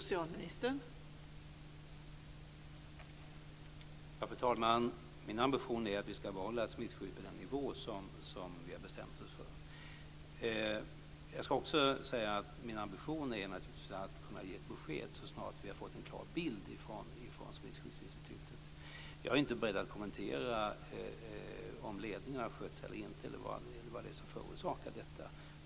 Fru talman! Min ambition är att vi ska behålla ett smittskydd på den nivå som vi har bestämt oss för. Jag ska också säga att min ambition naturligtvis är att kunna ge ett besked så snart vi har fått en klar bild från Smittskyddsinstitutet. Jag är inte beredd att kommentera om ledningen har skött sig eller inte eller vad som förorsakat den aktuella situationen.